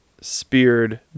speared